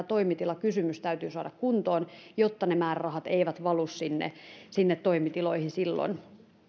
toimitilakysymys täytyy saada kuntoon jotta ne määrärahat eivät valu sinne sinne toimitiloihin silloin